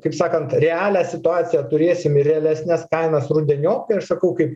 kaip sakant realią situaciją turėsim ir realesnes kainas rudeniop kai aš sakau kaip